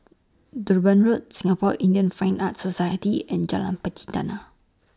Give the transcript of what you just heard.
Durban Road Singapore Indian Fine Arts Society and Jalan Pelatina